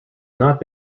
not